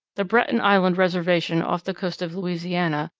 the breton island reservation off the coast of louisiana,